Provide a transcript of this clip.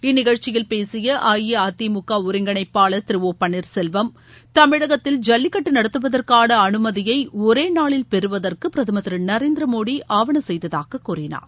இந்நிகழ்ச்சியில் பேசிய அஇஅதிமுக ஒருங்கிணைப்பாளர் திரு ஒ பன்னீர்செல்வம் தமிழகத்தில் ஜல்லிக்கட்டு நடத்துவதற்கான அனுமதியை ஒரேநாளில் பெறுவதற்கு பிரதமர் திரு நரேந்திர மோடி ஆவணசெய்ததாக கூறினார்